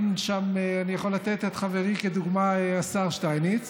אני יכול לתת את חברי כדוגמה, השר שטייניץ,